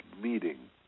meeting